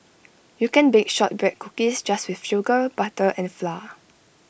you can bake Shortbread Cookies just with sugar butter and flour